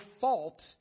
fault